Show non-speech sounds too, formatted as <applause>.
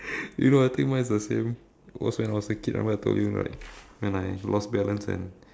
you know I think mine is the same <breath> was when I was a kid remember I told you right when I lost balance and